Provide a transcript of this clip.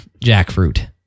jackfruit